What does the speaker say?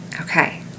Okay